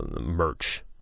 merch